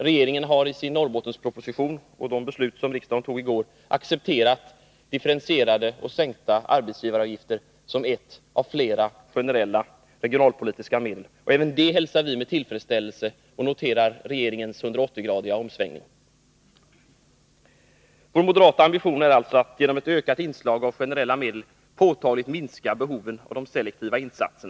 Regeringen har i sin Norrbottensproposition och riksdagen genom sitt beslut i går accepterat differentierade och sänkta arbetsgivaravgifter som ett av flera generella regionalpolitiska medel. Även detta hälsar vi med tillfredsställelse och noterar regeringens 180-gradiga omsvängning. Vår moderata ambition är alltså att genom ett ökat inslag av generella medel påtagligt minska behovet av selektiva insatser.